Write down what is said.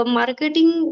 marketing